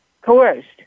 coerced